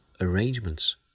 arrangements